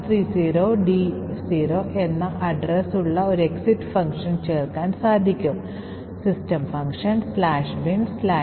ഏറ്റവും പുതിയ ഉദാഹരണത്തിൽ ഈ പ്രത്യേക കോഡ് പ്രവർത്തിപ്പിക്കാൻ നിങ്ങൾ ശ്രമിച്ചാൽ Ubuntu സിസ്റ്റങ്ങൾ സ്റ്റാക്ക് സ്മാഷിംഗ് കണ്ടെത്തുകയും ഈ പ്രത്യേക കോഡ് പ്രവർത്തിക്കാതിരിക്കുകയും ചെയ്യും